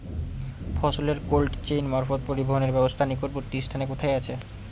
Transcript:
ফসলের cold chain মারফত পরিবহনের ব্যাবস্থা নিকটবর্তী স্থানে কোথায় আছে?